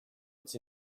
it’s